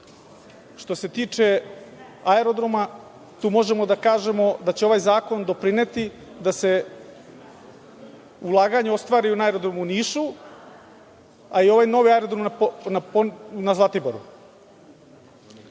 Što se tiče aerodroma tu možemo da kažemo da će ovaj zakon doprineti da se ulaganja ostvare na aerodromu u Nišu, a i ovaj novi aerodrom na Zlatiboru. Energiju